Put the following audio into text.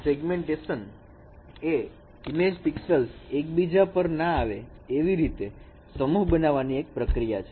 હવે segmentation a image pixel ને એકબીજા ઉપર ના હોય એ રીતે સમૂહ બનાવવાની પ્રક્રિયા છે